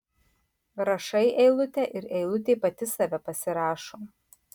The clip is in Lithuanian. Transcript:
rašai eilutę ir eilutė pati save pasirašo